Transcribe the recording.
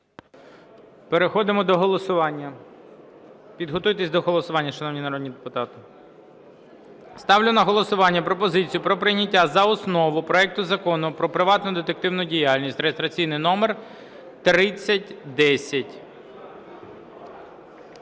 Переходимо до голосування. Підготуйтесь до голосування, шановні народні депутати. Ставлю на голосування пропозицію про прийняття за основу проекту Закону про приватну детективну діяльність (реєстраційний номер 3010).